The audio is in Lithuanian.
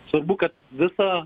svarbu kad visa